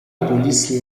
police